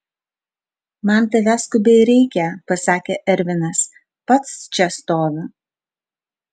man tavęs skubiai reikia pasakė ervinas pats čia stoviu